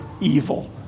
evil